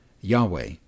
Yahweh